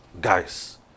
guys